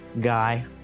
guy